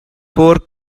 pork